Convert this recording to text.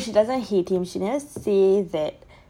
no she doesn't hate him she never say that